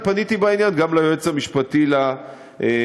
פניתי בעניין גם ליועץ המשפטי לממשלה.